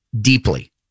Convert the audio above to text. deeply